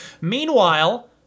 Meanwhile